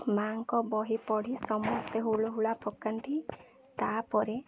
ମାଆଙ୍କ ବହି ପଢ଼ି ସମସ୍ତେ ହୁଳହୁଲି ପକାନ୍ତି ତା'ପରେ